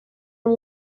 amb